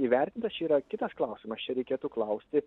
įvertintas čia yra kitas klausimas čia reikėtų klausti